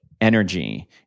energy